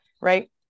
right